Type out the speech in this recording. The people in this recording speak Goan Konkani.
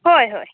हय हय